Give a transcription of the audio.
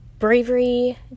Bravery